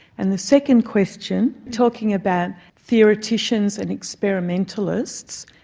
and the second question, talking about theoreticians and experimentalists,